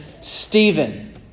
Stephen